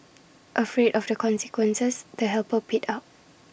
afraid of the consequences the helper paid up